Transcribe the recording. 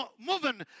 moving